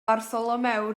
bartholomew